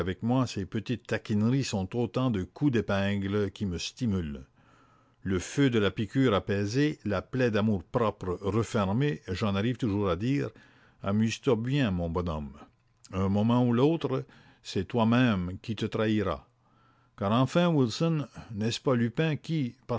ces petites taquineries sont autant de coups d'épingle qui me stimulent le feu de la piqûre apaisé la plaie d'amour-propre refermée j'en arrive toujours à dire amuse-toi bien mon bonhomme un moment ou l'autre c'est toi-même qui te trahiras car enfin wilson n'est-ce pas lupin qui